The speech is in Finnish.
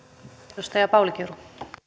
arvoisa rouva puhemies